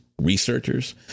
researchers